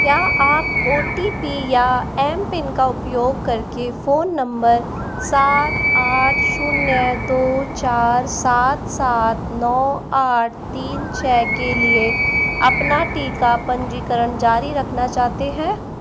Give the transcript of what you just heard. क्या आप O T P या एम पिन का उपयोग करके फ़ोन नंबर सात आठ शून्य दो चार सात सात नौ आठ तीन छः के लिए अपना टीका पंजीकरण जारी रखना चाहते हैं